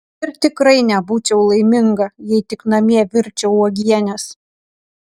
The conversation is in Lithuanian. ir tikrai nebūčiau laiminga jei tik namie virčiau uogienes